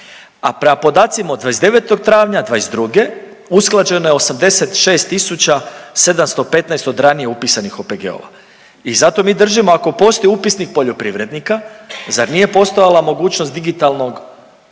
a prema podacima od 29. travnja '22. usklađeno je 86.715 od ranije upisanih OPG-ova. I zato mi držimo ako postoji upisnik poljoprivrednika zar nije postojala mogućnost digitalnog